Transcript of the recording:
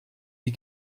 die